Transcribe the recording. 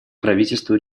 правительству